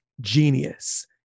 genius